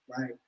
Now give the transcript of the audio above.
right